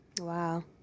Wow